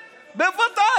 בוודאי.